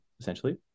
essentially